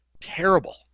terrible